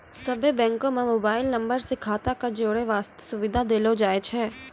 सभ्भे बैंको म मोबाइल नम्बर से खाता क जोड़ै बास्ते सुविधा देलो जाय छै